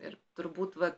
ir turbūt va